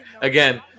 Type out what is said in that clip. again